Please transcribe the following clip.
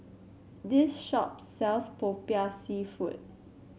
this shop sells Popiah seafood